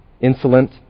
insolent